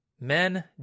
Men